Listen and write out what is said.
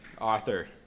author